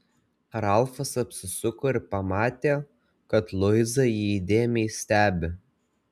ralfas apsisuko ir pamatė kad luiza jį įdėmiai stebi